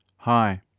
Hi